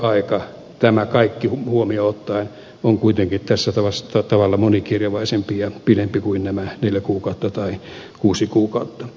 tosiasiallinen koeaika tämä kaikki huomioon ottaen on kuitenkin tällä tavalla monikirjavaisempi ja pidempi kuin nämä neljä kuukautta tai kuusi kuukautta